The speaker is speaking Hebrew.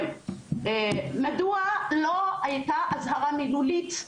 מדוע לא הייתה אזהרה מילולית?